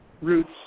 roots